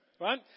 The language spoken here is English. Right